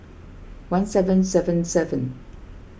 one seven seven seven